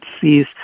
sees